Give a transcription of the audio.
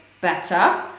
better